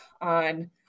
on